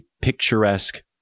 picturesque